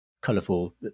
colourful